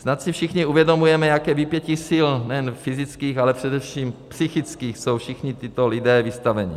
Snad si všichni uvědomujeme, jakému vypětí sil nejen fyzických, ale především psychických jsou všichni tito lidé vystaveni.